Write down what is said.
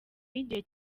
y’igihe